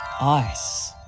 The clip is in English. ice